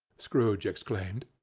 scrooge exclaimed,